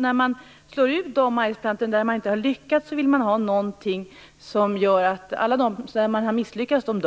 När man slår ut de majsplantor som man inte har lyckats med vill man ha någonting som gör att alla de plantorna, men däremot inte de plantor